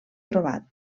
trobat